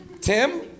Tim